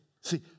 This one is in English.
see